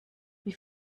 wie